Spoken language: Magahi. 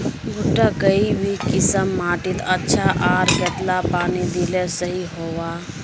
भुट्टा काई किसम माटित अच्छा, आर कतेला पानी दिले सही होवा?